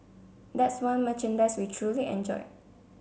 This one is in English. that's one merchandise we truly enjoyed